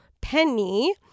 penny